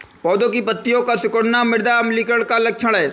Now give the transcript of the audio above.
पौधों की पत्तियों का सिकुड़ना मृदा अम्लीकरण का लक्षण है